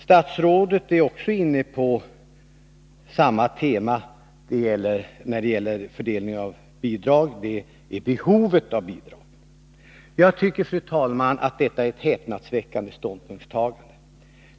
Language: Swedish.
Statsrådet är också inne på samma tema när det gäller fördelningen av bidrag — det är behovet av bidragen som skall vara avgörande. Fru talman! Jag tycker att detta är ett häpnadsväckande ståndpunktstagande.